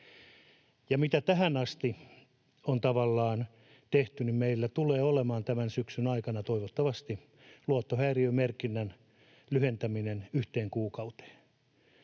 mitä tähän asti on tavallaan tehty, niin meillä tulee olemaan tämän syksyn aikana toivottavasti luottohäiriömerkinnän lyhentäminen yhteen kuukauteen.